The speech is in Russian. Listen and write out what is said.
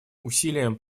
усилиям